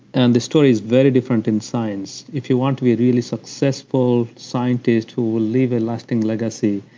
and the story is very different in science. if you want to be really successful scientist who will leave a lasting legacy,